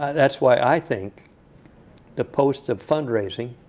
that's why i think the post of fundraising